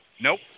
Nope